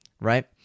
right